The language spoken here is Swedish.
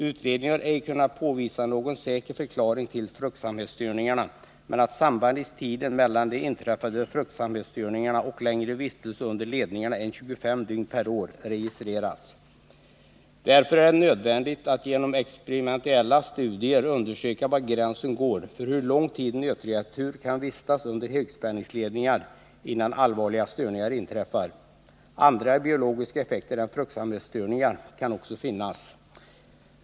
Utredningen har ej kunnat påvisa någon säker förklaring till fruktsamhetsstörningarna, men ett samband i tiden mellan inträffade fruktsamhetsstörningar och längre vistelse under ledningarna än 25 dygn per år har registrerats. Det är nödvändigt att genom experimentella studier undersöka var gränsen går för hur lång tid nötkreatur kan vistas under högspänningsledningar innan allvarliga störningar inträffar. Andra biologiska effekter än fruktsamhetsstörningar kan också finnas.